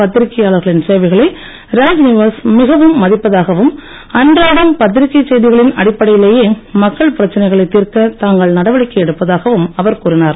பத்திரிகையாளர்களின் சேவைகளை ராஜ்நிவாஸ் மிக மதிப்பதாகவும் அன்றாடம் பத்திரிகை செய்திகளின் அடிப்படையிலேயே மக்கள் பிரச்சனைகளைத் தீர்க்க தாங்கள் நடவடிக்கை எடுப்பதாகவும் அவர் கூறினார்